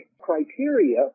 criteria